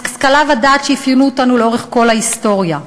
השכלה ודעת שאפיינו אותנו לאורך כל ההיסטוריה.